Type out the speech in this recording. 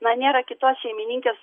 na nėra kitos šeimininkės